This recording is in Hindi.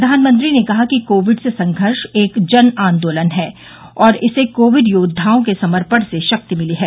प्रधानमंत्री ने कहा कि कोविड से संघर्ष एक जन आंदोलन है और इसे कोविड योद्वाओं के समर्पण से शक्ति मिली है